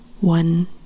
one